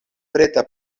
preta